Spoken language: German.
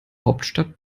hauptstadt